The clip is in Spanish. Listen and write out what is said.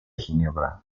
ginebra